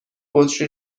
بطری